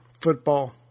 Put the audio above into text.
football